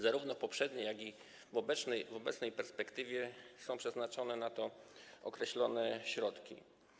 Zarówno w poprzedniej, jak i w obecnej perspektywie są przeznaczone na to określone środki.